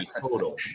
total